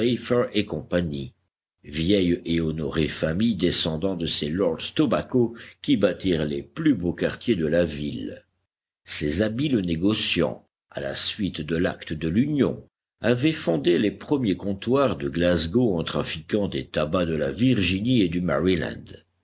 et co vieille et honorée famille descendant de ces lords tobacco qui bâtirent les plus beaux quartiers de la ville ces habiles négociants à la suite de l'acte de l'union avaient fondé les premiers comptoirs de glasgow en trafiquant des tabacs de la virginie et du maryland